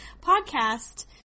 podcast